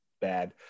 bad